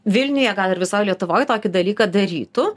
vilniuje gal ir visoj lietuvoj tokį dalyką darytų